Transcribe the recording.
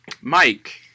Mike